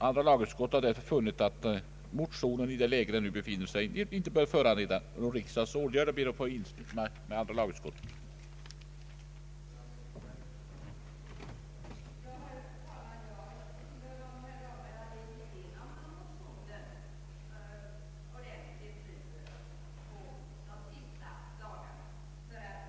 Andra lagutskottet har därför funnit att motionen i nuvarande läge inte behöver föranleda någon riksdagens åtgärd. Jag ber alltså att få yrka bifall till utskottets hemställan.